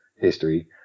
history